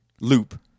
loop